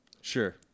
Sure